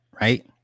right